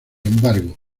embargo